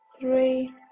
Three